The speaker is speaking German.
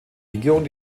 regierung